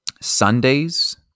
Sundays